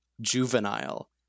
juvenile